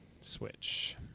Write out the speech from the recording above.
Switch